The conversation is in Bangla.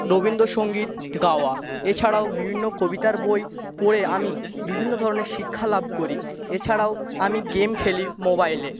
রবীন্দ্রসঙ্গীত গাওয়া এছাড়াও বিভিন্ন কবিতার বই পড়ে আমি বিভিন্ন ধরনের শিক্ষা লাভ করি এছাড়াও আমি গেম খেলি মোবাইলে